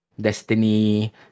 Destiny